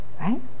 Right